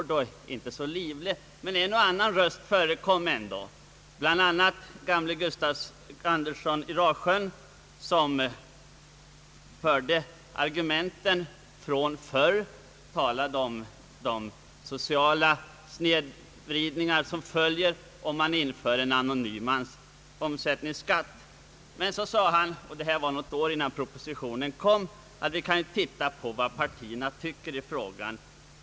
Dock yttrade sig en och annan, bl.a. gamle Gustaf Andersson i Rasjön, som tog upp argumenten från förr och talade om de sociala snedvridningar som blir följden ifall man inför en anonym omsättningsskatt. Han gick igenom partiernas program i frågan.